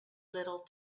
little